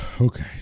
okay